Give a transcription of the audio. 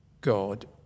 God